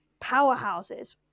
powerhouses